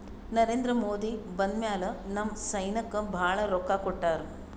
ನರೇಂದ್ರ ಮೋದಿ ಬಂದ್ ಮ್ಯಾಲ ನಮ್ ಸೈನ್ಯಾಕ್ ಭಾಳ ರೊಕ್ಕಾ ಕೊಟ್ಟಾರ